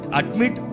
admit